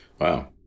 wow